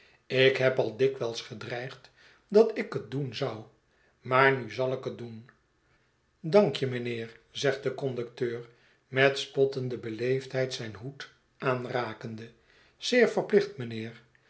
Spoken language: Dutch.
ik heb al dikwijls gedreigd dat ik het doen zou maar nu zal ik het doen dank je mijnheer zegt de conducteur met spottende beleefdheid zijn hoed aanrakende zeer verplicht mijnheer